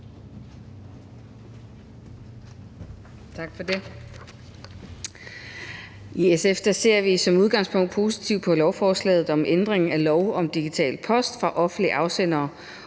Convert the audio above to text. Tak for det. I SF ser vi som udgangspunkt positivt på lovforslaget om ændring af lov om digital post fra offentlige afsendere